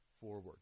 forward